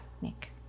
Nick